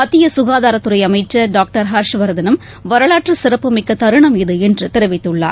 மத்திய சுகாதாரத் துறை அமைச்சர் டாக்டர் ஹர்ஷ்வர்தனும் வரலாற்றுச் சிறப்புமிக்க தருணம் இது என்று தெரிவித்துள்ளார்